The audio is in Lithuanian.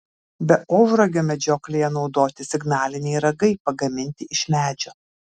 be ožragio medžioklėje naudoti signaliniai ragai pagaminti iš medžio